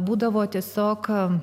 būdavo tiesiog